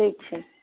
ठीक छै